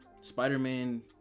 Spider-Man